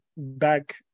Back